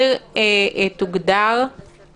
אני חזנית זמנית, חזנית לשעתו...